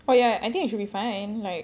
oh ya I think you should be fine like